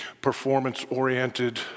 performance-oriented